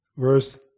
Verse